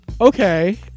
okay